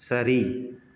சரி